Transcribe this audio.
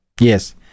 yes